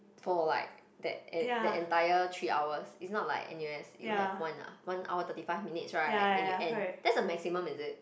for like that en~ that entire three hours it's not like n_u_s you have one uh one hour thirty five minutes right then you end that's the maximum is it